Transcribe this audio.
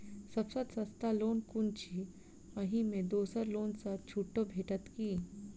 सब सँ सस्ता लोन कुन अछि अहि मे दोसर लोन सँ छुटो भेटत की?